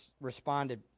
responded